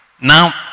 Now